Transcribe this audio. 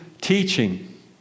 teaching